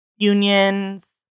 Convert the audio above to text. Unions